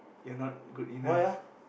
you're not good enough